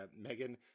megan